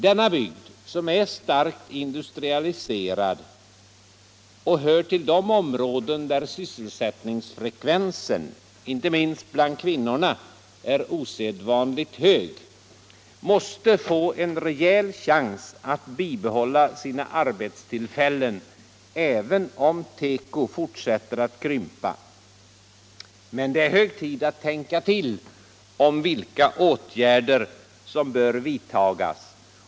Denna bygd, som är starkt industrialiserad och hör till de områden där sysselsättningsfrekvensen, inte minst bland kvinnorna, är osedvanligt hög, måste få en rejäl chans att bibehålla sina arbetstillfällen även om tekobranschen fortsätter att krympa. Men det är hög tid att ”tänka till” om vilka åtgärder som bör vidtas.